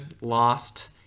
lost